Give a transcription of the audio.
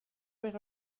ber